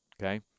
Okay